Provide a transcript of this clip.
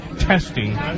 testing